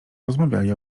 rozmawiali